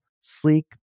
sleek